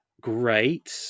great